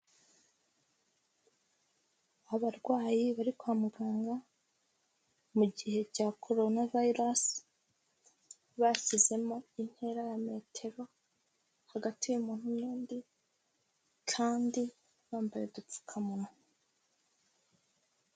Abarwayi bari kwa muganga mu gihe cya korona vayirusi, bashyizemo intera ya metero hagati y'umuntu n'undi, kandi bambaye udupfukamunwa.